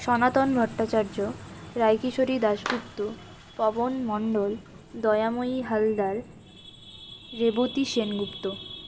Sanatan Bhattacharya Raikishori Dasgupta Pawan Mondal Dayamoyee Haldar Revati Sengupta